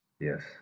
Yes